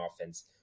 offense